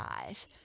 eyes